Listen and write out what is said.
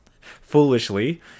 foolishly